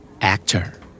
Actor